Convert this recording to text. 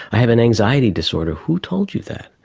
i have an anxiety disorder. who told you that?